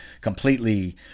completely